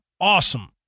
awesome